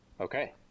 okay